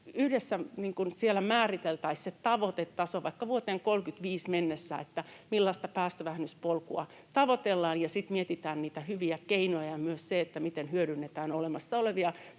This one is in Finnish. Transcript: yhdessä määriteltäisiin se tavoitetaso vaikka vuoteen 35 mennessä, millaista päästövähennyspolkua tavoitellaan, ja sitten mietittäisiin niitä hyviä keinoja ja myös miten hyödynnetään olemassa olevia